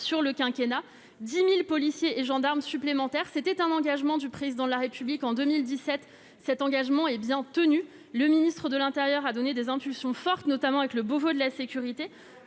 sur le quinquennat 10000 policiers et gendarmes supplémentaires, c'était un engagement du président de la République en 2017, cet engagement est bien tenu, le ministre de l'Intérieur a donné des impulsions fortes, notamment avec le bobo de la sécurité